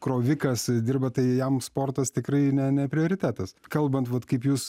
krovikas dirba tai jam sportas tikrai ne ne prioritetas kalbant vat kaip jūs